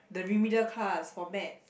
the remedial class for maths